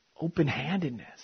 Open-handedness